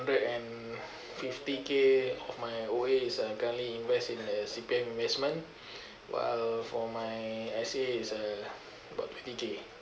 hundred and fifty K of my O_A is currently invest in a C_P_F investment while for my S_A is about fifty K